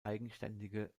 eigenständige